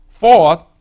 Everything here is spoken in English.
Fourth